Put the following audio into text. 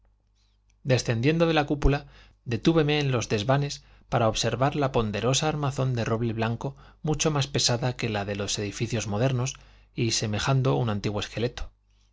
descendiendo de la cúpula detúveme en los desvanes para observar la ponderosa armazón de roble blanco mucho más pesada que la de los edificios modernos y semejando un antiguo esqueleto